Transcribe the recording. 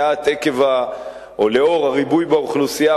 ולאור הריבוי באוכלוסייה,